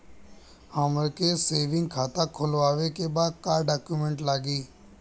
हमके सेविंग खाता खोलवावे के बा का डॉक्यूमेंट लागी?